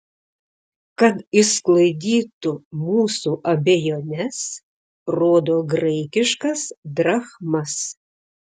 kad išsklaidytų mūsų abejones rodo graikiškas drachmas